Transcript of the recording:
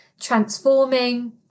transforming